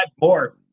more